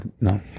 No